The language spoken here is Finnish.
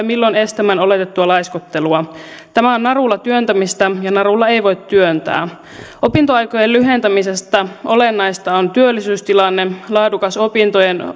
milloin estämään oletettua laiskottelua tämä on narulla työntämistä ja narulla ei voi työntää opintoaikojen lyhentämisessä olennaista on työllisyystilanne laadukas opintojen